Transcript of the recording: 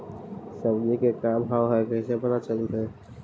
सब्जी के का भाव है कैसे पता चलतै?